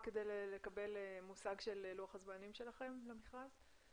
רק כדי לקבל מושג של לוח הזמנים שלכם במכרז?